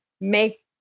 make